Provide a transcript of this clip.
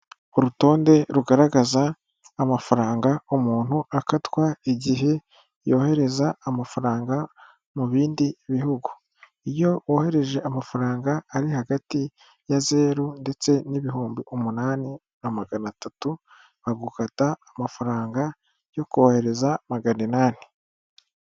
Urutonde rugaragaza amafaranga umuntu akatwa, igihe yohereza amafaranga mu bindi bihugu. Iyo wohereje amafaranga ari hagati ya zeru ndetse n'ibihumbi umunani na magana atatu, bagukata amafaranga yo kohereza magana inani.